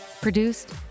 produced